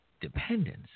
dependence